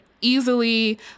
easily